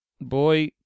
boy